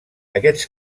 aquests